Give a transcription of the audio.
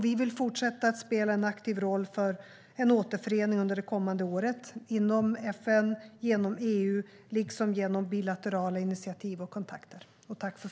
Vi vill fortsätta att spela en aktiv roll för en återförening under det kommande året inom FN och genom EU liksom genom bilaterala initiativ och kontakter.